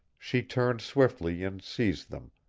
she turned swiftly, and seized them,